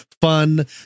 fun